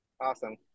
awesome